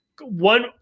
One